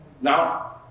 Now